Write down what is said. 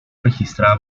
registrada